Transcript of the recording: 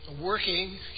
working